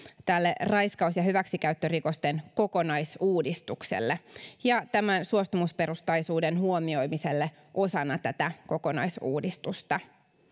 tälle raiskaus ja hyväksikäyttörikosten kokonaisuudistukselle ja tämän suostumusperustaisuuden huomioimiselle osana tätä kokonaisuudistusta